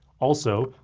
also,